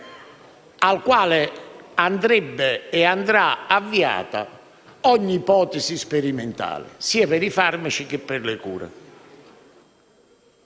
a cui andava - andrà - avviata ogni ipotesi sperimentale sia per i farmaci che per le cure.